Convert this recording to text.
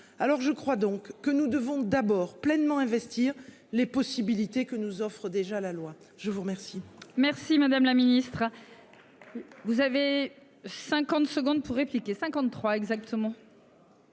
Alors je crois donc que nous devons d'abord pleinement investir les possibilités que nous offrent déjà la loi je vous remercie.